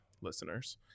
listeners